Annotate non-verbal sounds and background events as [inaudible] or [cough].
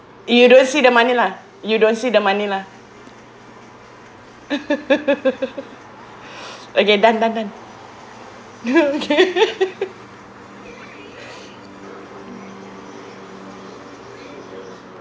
you don't see the money lah you don't see the money lah [laughs] [breath] okay done done done okay [laughs]